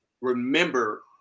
remember